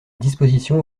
disposition